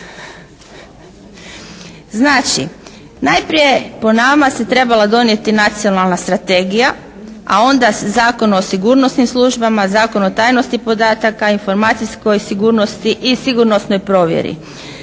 Znači, najprije po nama se trebala donijeti nacionalna strategija a onda Zakon o sigurnosnim službama, Zakon o tajnosti podataka, informacijskoj sigurnosti i sigurnosnoj provjeri.